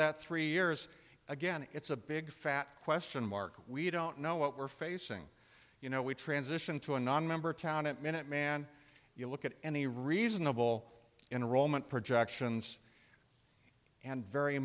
that three years again it's a big fat question mark we don't know what we're facing you know we transition to a nonmember town it minute man you look at any reasonable enrollment projections and very